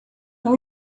não